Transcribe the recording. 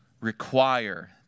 require